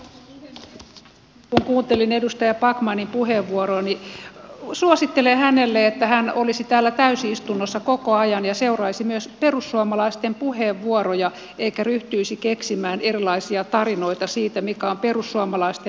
nyt kun kuuntelin edustaja backmanin puheenvuoroa niin suosittelen hänelle että hän olisi täällä täysistunnossa koko ajan ja seuraisi myös perussuomalaisten puheenvuoroja eikä ryhtyisi keksimään erilaisia tarinoita siitä mikä on perussuomalaisten malli